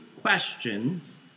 questions